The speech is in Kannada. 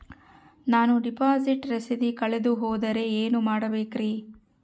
ನಾನು ಡಿಪಾಸಿಟ್ ರಸೇದಿ ಕಳೆದುಹೋದರೆ ಏನು ಮಾಡಬೇಕ್ರಿ?